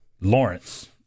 Lawrence